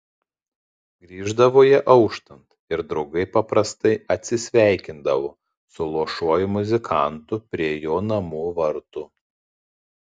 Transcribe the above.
grįždavo jie auštant ir draugai paprastai atsisveikindavo su luošuoju muzikantu prie jo namų vartų